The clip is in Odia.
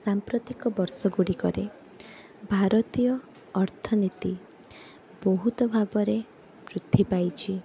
ସାମ୍ପ୍ରତିକ ବର୍ଷ ଗୁଡ଼ିକରେ ଭାରତୀୟ ଅର୍ଥନୀତି ବହୁତ ଭାବରେ ବୃଦ୍ଧି ପାଇଛି